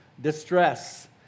distress